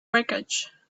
wreckage